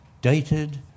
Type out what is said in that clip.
dated